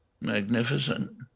magnificent